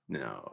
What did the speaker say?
no